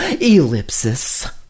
Ellipsis